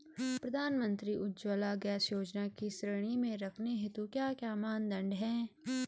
प्रधानमंत्री उज्जवला गैस योजना की श्रेणी में रखने हेतु क्या क्या मानदंड है?